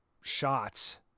shots